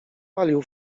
palił